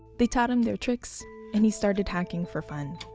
they taught him their tricks and he started hacking for fun.